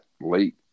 late